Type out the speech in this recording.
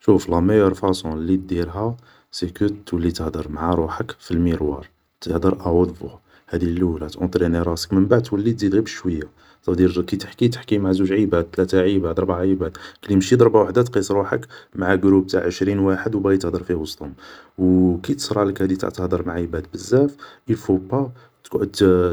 شوف لا ميور فاصون لي ديرها, سيكو تولي تهضر معا روحك في الميروار, تهضر ا هوت فوا, هادي لولا تاونطريني راسك من بعد تولي تزيد غي بشوية, صافودير مين تحكي تحكي مع زوج عباد, تلاتة عباد, ربعة عباد, كلي ماشي دربة وحدة تقيس روحك مع قروب تاع عشرين واحد و باغي تهدر في وسطهم, و كي تصرالك هادي تاع تهضر مع عيباد بزاف ايل فو با تقعد